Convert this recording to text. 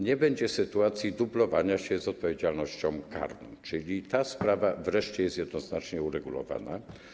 Nie będzie sytuacji dublowania tego z odpowiedzialnością karną, czyli ta sprawa wreszcie jest jednoznacznie uregulowana.